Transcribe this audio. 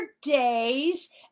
days